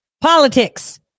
politics